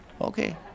Okay